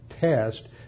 test